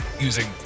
using